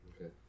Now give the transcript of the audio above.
Okay